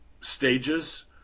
stages